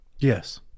Yes